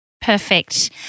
Perfect